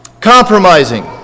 compromising